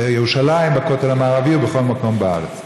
בירושלים, בכותל המערבי, ובכל מקום בארץ.